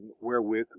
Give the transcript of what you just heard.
wherewith